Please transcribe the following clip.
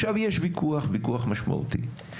עכשיו יש ויכוח וויכוח משמעותי.